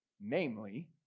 Namely